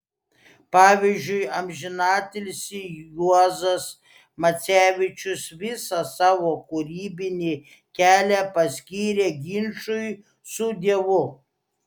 pavyzdžiui amžinatilsį juozas macevičius visą savo kūrybinį kelią paskyrė ginčui su dievu